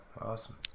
awesome